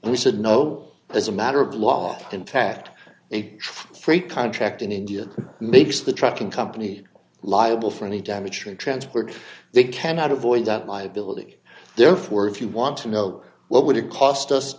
and we said no as a matter of law in fact a freight contract in india makes the trucking company liable for any damage to a transport they cannot avoid that liability therefore if you want to know what would it cost us